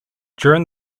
during